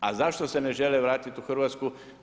A zašto se ne žele vratiti u Hrvatsku?